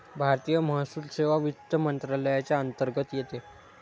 भारतीय महसूल सेवा वित्त मंत्रालयाच्या अंतर्गत येते